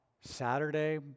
Saturday